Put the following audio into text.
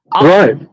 Right